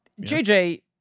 JJ